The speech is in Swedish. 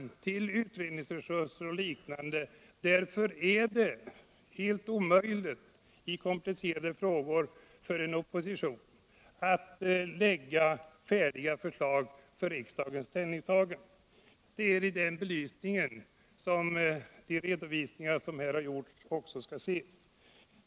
Därför är det i komplicerade frågor helt omöjligt för en opposition att lägga fram färdiga förslag för riksdagens ställningstagande. Det är också i den belysningen som de redovisningar som här har gjorts skall ses.